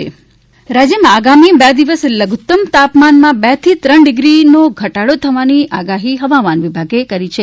હવામાન રાજ્યમાં આગામી બે દિવસ લધુત્તમ તાપમાનમાં બે થી ત્રણ ડીગ્રીનો ઘટાડો થવાની આગાહી હવામાન વિભાગે કરી છે